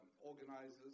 organizers